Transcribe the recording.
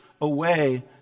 away